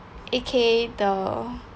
A_K the